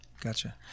gotcha